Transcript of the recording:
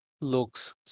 looks